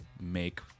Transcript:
make